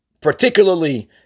particularly